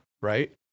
right